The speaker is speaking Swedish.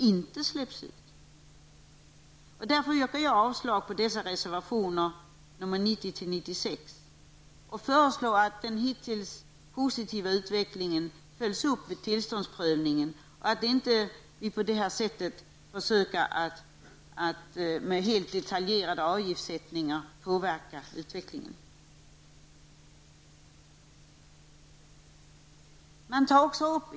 Jag yrkar därför avslag på reservationerna 90--96 och föreslår att den hittills positiva utvecklingen följs upp vid tillståndsprövningen. Vi skall inte med detaljerat angivna avgifter och ersättningar försöka påverka utvecklingen.